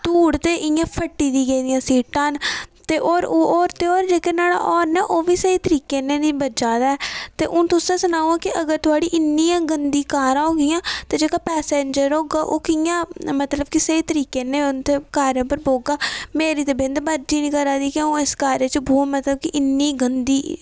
धूड़ ते इ'यां फट्टी दी गेदियां सीटां न ते होर होर ते होर जेह्के नोहाड़ा होर्न ऐ ओह् बी स्हेई तरीके ने नीं बज्जा दा ऐ ते हून तुस गै सनाओ के अगर थोआड़ी इन्नी गै गंदी कारां होगियां ते जेह्का पैसेंजर होगा ओह् कि'यां मतलब कि स्हेई तरीके ने उत्थै कारै उप्पर बौह्गा मेरी ते बिंद मर्जी नीं करा दी कि उ'ऊं इस कारै च बौआं मतलब कि इन्नी गंदी